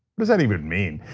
does that even mean?